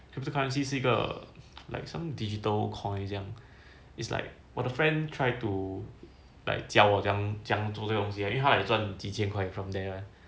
cryptocurrency 是一个 like some digital coin 这样 is like 我的 friend try to like 教我怎样做这个东西因为他 like 赚几千块 from there